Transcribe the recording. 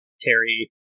Terry